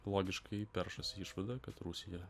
logiškai peršasi išvada kad rusija